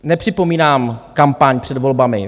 Nepřipomínám kampaň před volbami.